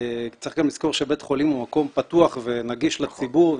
צריך גם לזכור שבית חולים הוא מקום פתוח ונגיש לציבור,